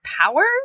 powers